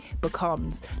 becomes